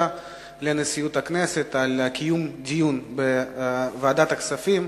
לנשיאות הכנסת לקיום דיון בוועדת הכספים.